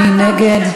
מי נגד?